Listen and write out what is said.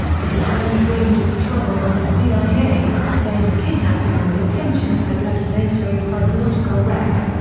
his attorney blamed his troubles on the cia, saying the kidnapping and detention had left masri a psychological wreck.